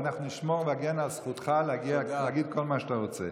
ואנחנו נגן על זכותך להגיד כל מה שאתה רוצה.